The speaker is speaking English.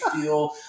feel